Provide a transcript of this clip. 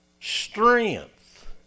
strength